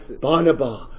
Barnabas